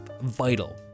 vital